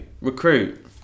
recruit